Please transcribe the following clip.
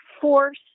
force